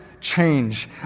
change